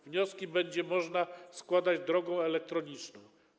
Wnioski będzie można składać drogą elektroniczną.